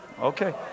okay